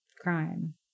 crime